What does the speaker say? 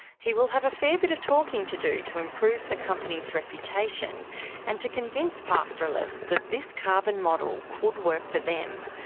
he will have a fair bit of talking to do to improve the company's reputation and to convince pastoralists that this carbon model could work for them.